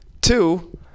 Two